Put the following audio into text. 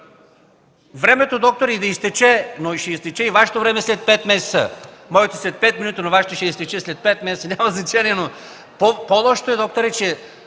Времето, докторе, и да изтече, но ще изтече и Вашето време след пет месеца! Моето – след пет минути, но Вашето ще изтече след пет месеца. Няма значение, по-лошото е, докторе, че